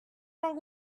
wrong